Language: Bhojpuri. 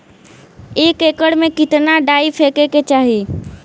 एक एकड़ में कितना डाई फेके के चाही?